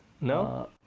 No